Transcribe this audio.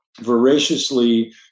Voraciously